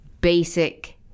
basic